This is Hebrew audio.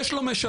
יש לו משלח,